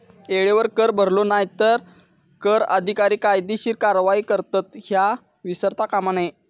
येळेवर कर भरलो नाय तर कर अधिकारी कायदेशीर कारवाई करतत, ह्या विसरता कामा नये